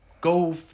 go